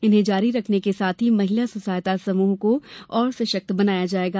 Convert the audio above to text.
इन्हें जारी रखने के साथ ही महिला स्वसहायता समूह को और सशक्त बनाया जायेगा